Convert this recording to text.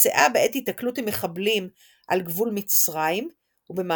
נפצעה בעת היתקלות עם מחבלים על גבול מצרים במהלך